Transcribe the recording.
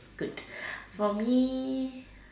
good for me